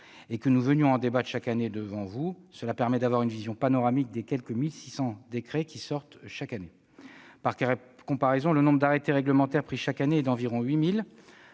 et que nous venions en débattre chaque année avec vous. Cela permet d'avoir une vision « panoramique » des quelque 1 600 décrets qui sortent chaque année. Par comparaison, le nombre d'arrêtés réglementaires pris chaque année est d'environ 8 000.